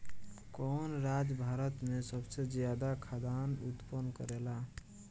कवन राज्य भारत में सबसे ज्यादा खाद्यान उत्पन्न करेला?